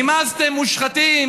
נמאסתם מושחתים,